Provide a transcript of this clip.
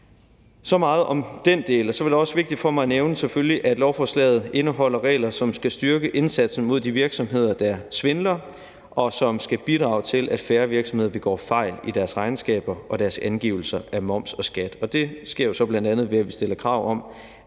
Så meget om den del. Så er det selvfølgelig også vigtigt for mig at nævne, at lovforslaget indeholder regler, som skal styrke indsatsen mod de virksomheder, der svindler, og som skal bidrage til, at færre virksomheder begår fejl i deres regnskaber og deres angivelser af moms og skat. Og det sker jo så bl.a. ved, at vi stiller krav om,